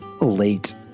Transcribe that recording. late